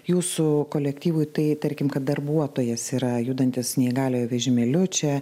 jūsų kolektyvui tai tarkim kad darbuotojas yra judantis neįgaliojo vežimėliu čia